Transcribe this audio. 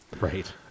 right